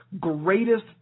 greatest